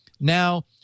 Now